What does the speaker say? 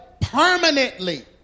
permanently